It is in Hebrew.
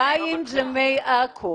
מים זה מי עכו.